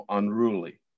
unruly